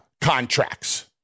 contracts